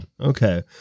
Okay